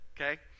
Okay